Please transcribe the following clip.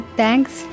thanks